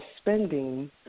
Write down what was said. spending